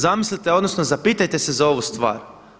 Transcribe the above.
Zamislite odnosno zapitajte se za ovu stvar.